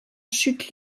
chute